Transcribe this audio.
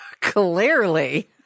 Clearly